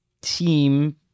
team